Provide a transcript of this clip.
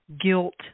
guilt